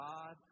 God